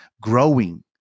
growing